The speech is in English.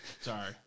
Sorry